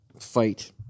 fight